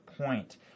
point